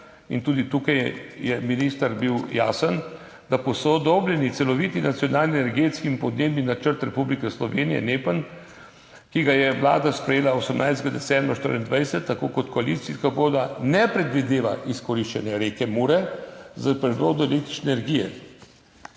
in tudi tukaj je bil minister jasen, da posodobljeni celoviti Nacionalni energetski in podnebni načrt Republike Slovenije, NEPN, ki ga je Vlada sprejela 18. decembra 2024, tako kot koalicijska pogodba ne predvideva izkoriščanja reke Mure za proizvodnjo električne energije.